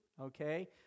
okay